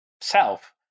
self